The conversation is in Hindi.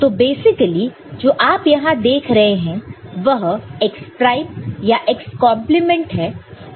तो बेसिकली जो आप यहां देख रहे हैं वह x प्राइम या x कंप्लीमेंट है